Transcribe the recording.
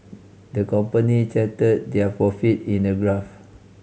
the company charted their profit in a graph